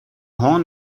horn